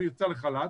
לחל"ת,